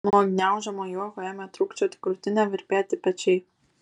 nuo gniaužiamo juoko ėmė trūkčioti krūtinė virpėti pečiai